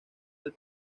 del